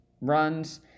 runs